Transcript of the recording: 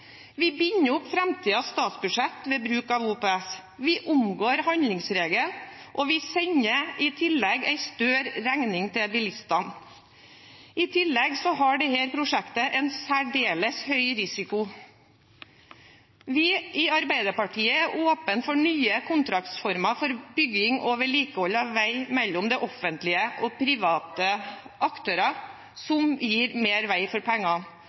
Vi binder opp framtidens statsbudsjetter ved bruk av OPS. Vi omgår handlingsregelen, og vi sender i tillegg en større regning til bilistene. I tillegg har dette prosjektet en særdeles høy risiko. Vi i Arbeiderpartiet er åpne for nye kontraktsformer for bygging og vedlikehold av vei, mellom det offentlige og private aktører, som gir mer vei for pengene